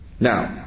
Now